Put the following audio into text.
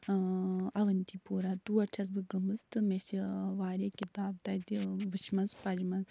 اونتی پورا تور چھَس بہٕ گٔمٕژ تہٕ مےٚ چھِ وارِیاہ کِتاب تَتہِ وٕچھمَژ پجِمژ